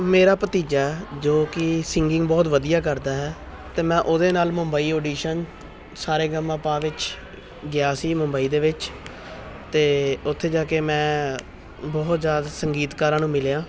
ਮੇਰਾ ਭਤੀਜਾ ਜੋ ਕਿ ਸੀਗਿੰਗ ਬਹੁਤ ਵਧੀਆ ਕਰਦਾ ਹੈ ਤੇ ਮੈਂ ਉਹਦੇ ਨਾਲ ਮੁੰਬਈ ਔਡੀਸ਼ਨ ਸਾ ਰੇ ਗਾ ਮਾ ਪਾ ਵਿੱਚ ਗਿਆ ਸੀ ਮੁੰਬਈ ਦੇ ਵਿੱਚ ਅਤੇ ਉੱਥੇ ਜਾ ਕੇ ਮੈਂ ਬਹੁਤ ਜ਼ਿਆਦਾ ਸੰਗੀਤਕਾਰਾਂ ਨੂੰ ਮਿਲਿਆ